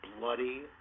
bloody